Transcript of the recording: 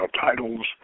titles